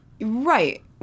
right